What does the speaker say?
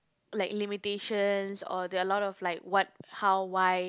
like limitations or there are a lot of like what how why